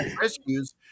rescues